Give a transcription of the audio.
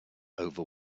over